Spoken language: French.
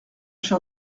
cher